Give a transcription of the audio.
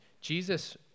Jesus